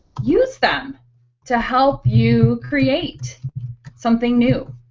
use them to help you create something new